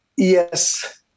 Yes